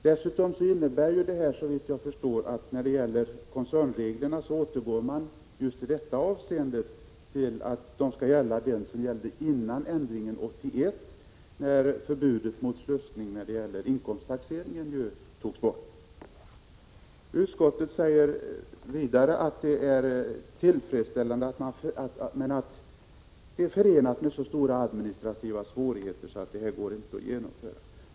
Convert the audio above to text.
Dessutom återgår man, såvitt jag förstår, beträffande koncernreglerna till vad som gällde före ändringen 1981, då förbudet mot slussning i fråga om inkomsttaxeringen togs bort. Vidare säger utskottet att Industriförbundets förslag är förenat med så stora administrativa svårigheter att det inte går att genomföra.